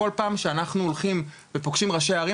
כל פעם שאנחנו הולכים ופוגשים ראשי ערים,